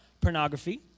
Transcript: pornography